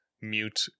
mute